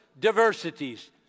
Diversities